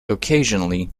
occasionally